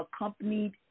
accompanied